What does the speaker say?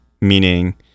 Meaning